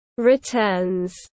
Returns